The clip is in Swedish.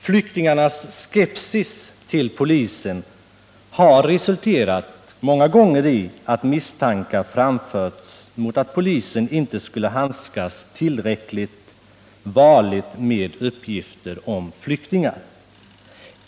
Flyktingarnas skepsis mot polisen har många gånger resulterat i att misstankar framförts om att polisen inte skulle handskas tillräckligt varligt med uppgifter om flyktingar.